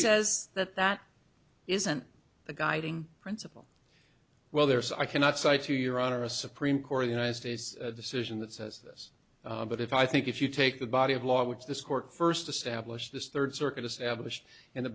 says that that isn't the guiding principle well there's i cannot cite to your honor a supreme court or the united states decision that says this but if i think if you take the body of law which this court first established this third circuit established in the